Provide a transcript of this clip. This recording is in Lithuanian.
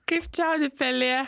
kaip čiaudi pelė